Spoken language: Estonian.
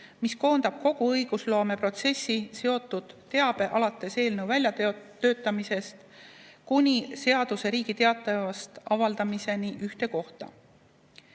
mis koondab kogu õigusloomeprotsessiga seotud teabe, alates eelnõu väljatöötamisest kuni seaduse Riigi Teatajas avaldamiseni, ühte kohta.